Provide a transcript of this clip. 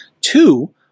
Two –